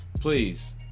please